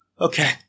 Okay